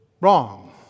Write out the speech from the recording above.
Wrong